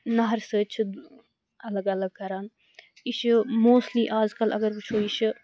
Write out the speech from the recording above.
نہرِ سٟتۍ چھِ اَلگ اَلگ کران یہِ چھِ مُوسٹٕلِی اَز کَل اَگر وُچُھو یہِ چھِ